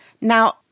Now